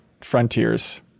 Frontiers